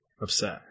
upset